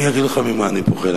אני אגיד לך ממה אני פוחד.